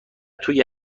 توی